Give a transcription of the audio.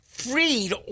freed